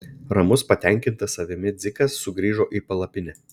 ramus patenkintas savimi dzikas sugrįžo į palapinę